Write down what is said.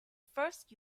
first